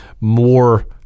more